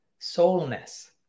soulness